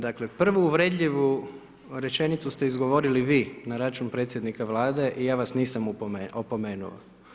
Dakle prvu uvredljivu rečenicu ste izgovorili vi na račun predsjednika Vlade i ja vas nisam opomenuo.